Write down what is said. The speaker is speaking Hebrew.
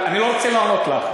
אני לא רוצה לענות לך,